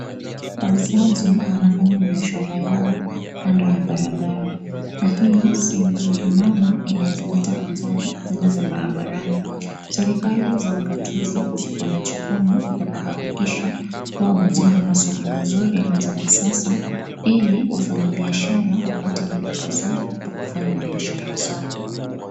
Wauzaji wanafanya biashara yao kando ya barabara. Na hii sii mzuri maana, inaeza leta ajali zile za barabarani. Serikali za ugatuzi, ziko na jukumu ya kuhakikisha kuwa wamejenga masoko mzuri na za kisasa, ili wafanyabiashara wapate mahali pazuri pa kufanya biashara zao.